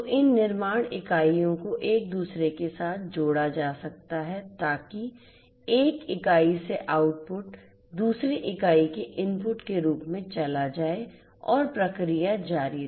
तो इन निर्माण इकाइयों को एक दूसरे के साथ जोड़ा जा सकता है ताकि एक इकाई से आउटपुट दूसरी इकाई के इनपुट के रूप में चला जाए और प्रक्रिया जारी रहे